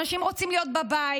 אנשים רוצים להיות בבית,